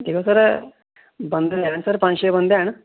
दिक्खो सर बंदे हैनन सर पंज छे बंदे हैन